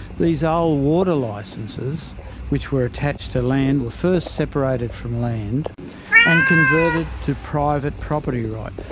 these old water licences which were attached to land were first separated from land and converted to private property right,